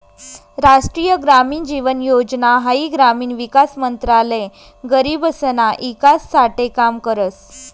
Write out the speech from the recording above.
राष्ट्रीय ग्रामीण जीवन योजना हाई ग्रामीण विकास मंत्रालय गरीबसना ईकास साठे काम करस